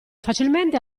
facilmente